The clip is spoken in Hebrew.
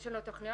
יש לנו תכניות,